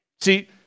See